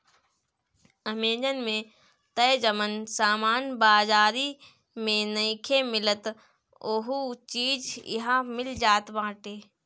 Amazon पे तअ जवन सामान बाजारी में नइखे मिलत उहो चीज इहा मिल जात बाटे